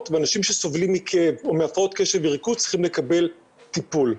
ואנשים שסובלים מכאב או מהפרעות קשב וריכוז צריכים לקבל טיפול.